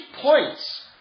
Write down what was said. points